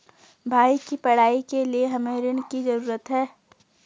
भाई की पढ़ाई के लिए हमे ऋण की जरूरत है